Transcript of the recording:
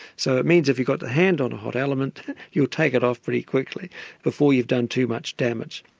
so it means if you've got the hand on a hot element you will take it off pretty quickly before you've done too much damage.